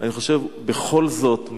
אני חושב בכל זאת,